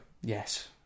Yes